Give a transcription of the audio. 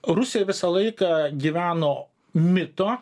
rusija visą laiką gyveno mito